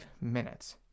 minutes